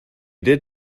did